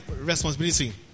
responsibility